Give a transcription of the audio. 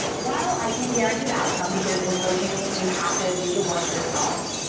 while i can't guarantee the outcome because in coaching you have to do the work yourself,